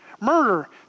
murder